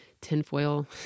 tinfoil